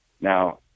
Now